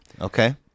Okay